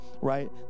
right